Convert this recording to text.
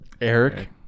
Eric